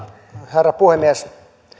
herra puhemies